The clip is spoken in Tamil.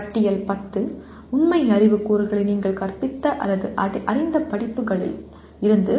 பட்டியல் 10 உண்மை அறிவு கூறுகளை நீங்கள் கற்பித்த அல்லது அறிந்த படிப்புகளிலிருந்து